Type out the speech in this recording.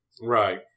Right